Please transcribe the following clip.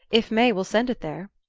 if may will send it there.